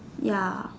ya